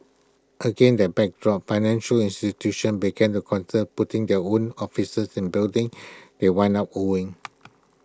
against that backdrop financial institutions began to consider putting their own offices in buildings they wound up owning